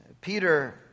Peter